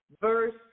verse